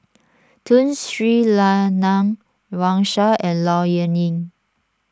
Tun Sri Lanang Wang Sha and Low Yen Ling